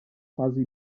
fase